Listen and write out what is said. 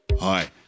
Hi